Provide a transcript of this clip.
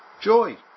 joy